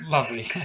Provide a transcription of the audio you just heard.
Lovely